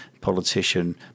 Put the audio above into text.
politician